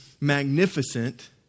magnificent